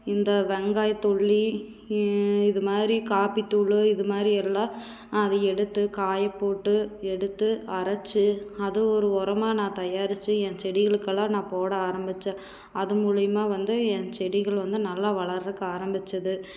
இந்த வெங்காயத்துள்ளி இது மாதிரி காப்பித்தூள் இது மாதிரி எல்லாம் அதை எடுத்து காயபோட்டு எடுத்து அரைச்சி அது ஒரு உரமா நான் தயாரிச்சு என் செடிகளுக்கெல்லாம் நான் போட ஆரம்பிச்சேன் அது மூலியமாக வந்து என் செடிகள் வந்து நல்லா வளர்றதுக்கு ஆரம்பிச்சிது